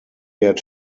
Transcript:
had